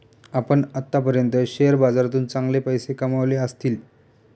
आपण आत्तापर्यंत शेअर बाजारातून चांगले पैसे कमावले असतील